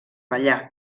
ballar